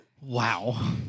Wow